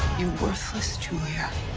you worthless juliya